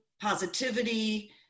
positivity